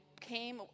came